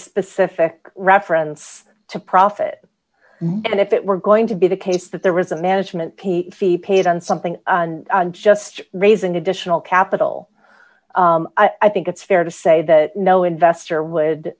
specific reference to profit and if it were going to be the case that there was a management fee paid on something just raising additional capital i think it's fair to say that no investor would